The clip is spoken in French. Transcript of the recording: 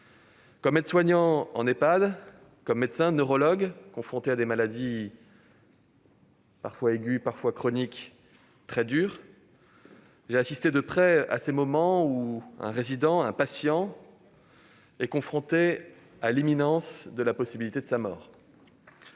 Comme aide-soignant en Ehpad, comme médecin neurologue et, à ce titre, confronté à des maladies parfois aiguës, parfois chroniques, très dures, j'ai assisté de près à ces moments où un résident, un patient, est confronté à l'imminence de sa mort.